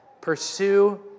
pursue